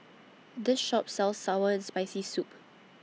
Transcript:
This Shop sells Sour and Spicy Soup